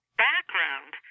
background